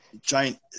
giant